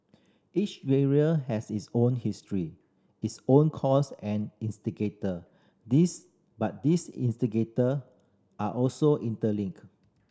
each area has its own history its own cause and instigator these but these instigator are also interlinked